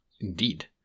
Indeed